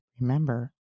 Remember